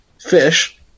fish